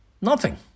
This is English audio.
Nothing